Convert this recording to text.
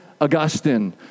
Augustine